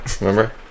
Remember